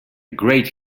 great